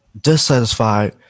dissatisfied